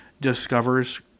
discovers